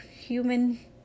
human